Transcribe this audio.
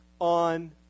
on